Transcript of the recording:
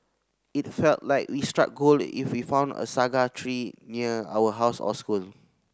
it felt like we struck gold if we found a saga tree near our house or school